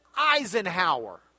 Eisenhower